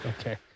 Okay